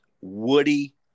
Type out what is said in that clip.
Woody